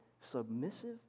submissive